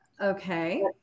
Okay